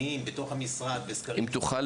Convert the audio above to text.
במשרד החינוך,